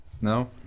No